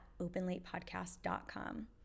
OpenLatePodcast.com